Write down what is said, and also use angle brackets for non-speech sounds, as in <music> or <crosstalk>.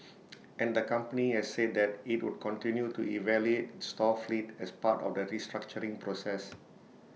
<noise> and the company has said that IT would continue to evaluate its store fleet as part of the restructuring process